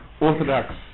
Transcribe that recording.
Orthodox